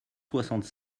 soixante